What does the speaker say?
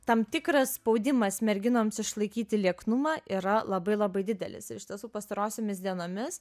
tam tikras spaudimas merginoms išlaikyti lieknumą yra labai labai didelis ir iš tiesų pastarosiomis dienomis